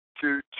two